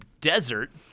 desert